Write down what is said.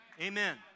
Amen